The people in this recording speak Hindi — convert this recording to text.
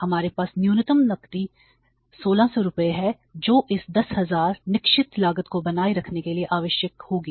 हमारे पास न्यूनतम नकदी 1600 रुपये है जो इस 10000 निश्चित लागत को बनाए रखने के लिए आवश्यक होगी